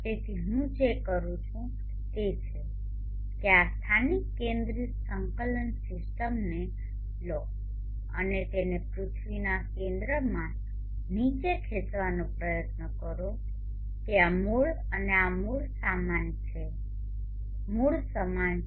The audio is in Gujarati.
તેથી હું જે કરવા જઇ રહ્યો છું તે છે કે આ સ્થાનિક કેન્દ્રિત સંકલન સીસ્ટમને લો અને તેને પૃથ્વીના કેન્દ્રમાં નીચે ખેંચવાનો પ્રયત્ન કરો કે આ મૂળ અને આ મૂળ સમાન છે